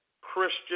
Christian